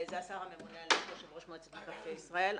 זה השר הממונה על יושב-ראש מועצת מקרקעי ישראל,